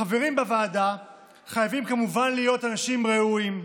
החברים בוועדה חייבים כמובן להיות אנשים ראויים,